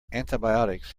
antibiotics